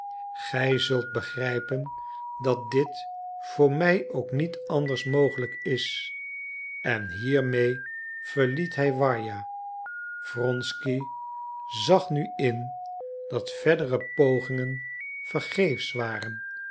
gij zult begrijpen dat dit voor mij ook niet anders mogelijk is en hiermee verliet hij warja wronsky zag nu in dat verdere pogingen vergeefsch waren